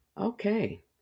Okay